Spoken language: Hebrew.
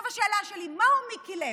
עכשיו, השאלה שלי: מהו מיקי לוי?